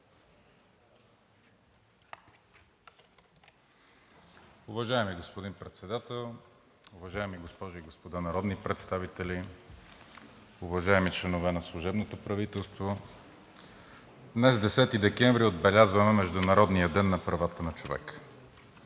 Уважаеми господин Председател, уважаеми госпожи и господа народни представители, уважаеми членове на служебното правителство! Днес, 10 декември 2021 г., отбелязваме Международния ден на правата на човека.